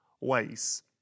ways